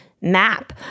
map